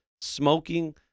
smoking